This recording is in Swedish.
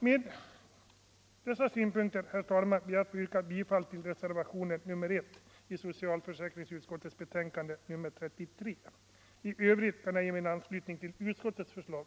Med dessa synpunkter ber jag, herr talman, att få yrka bifall till reservationen nr 1 vid socialförsäkringsutskottets betänkande nr 33. I övrigt ansluter jag mig till utskottets förslag.